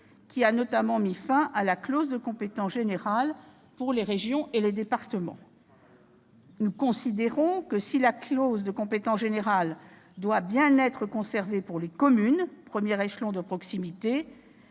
qui a notamment mis fin à la clause de compétence générale pour les régions et les départements. À nos yeux, la clause de compétence générale doit être conservée pour les communes, premier échelon de proximité,